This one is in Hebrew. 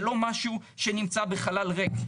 זה לא משהו שנמצא בחלל ריק.